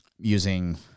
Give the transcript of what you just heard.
using